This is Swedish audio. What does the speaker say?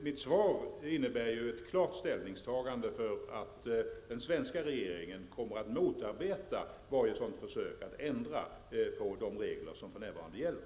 Mitt svar innebär ett klart ställningstagande för att den svenska regeringen kommer att motarbeta varje sådant försök att ändra de regler som för närvarande gäller.